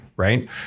Right